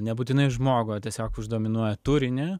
nebūtinai žmogų tiesiog už dominuoja turinį